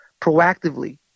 proactively